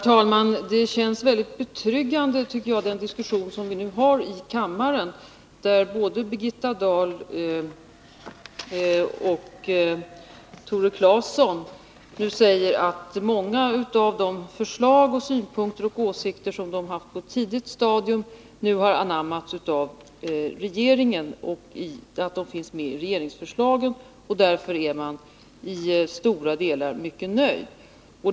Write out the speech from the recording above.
Herr talman! Den diskussion som nu förs i kammaren känns betryggande — både Birgitta Dahl och Tore Claeson säger att många av de förslag, synpunkter och åsikter som de på ett tidigt stadium fört fram nu har anammats av regeringen och finns med i regeringsförslagen, och därför är de till stora delar mycket nöjda.